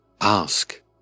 Ask